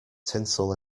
tinsel